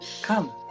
Come